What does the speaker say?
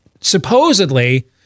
supposedly